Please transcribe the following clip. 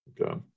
Okay